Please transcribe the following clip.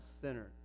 sinner